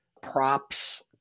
props